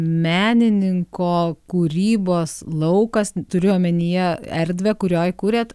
menininko kūrybos laukas turiu omenyje erdvę kurioj kuriat